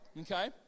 Okay